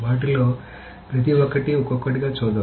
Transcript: వాటిలో ప్రతి ఒక్కటి ఒక్కొక్కటిగా చూద్దాం